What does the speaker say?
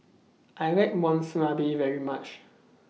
I like Monsunabe very much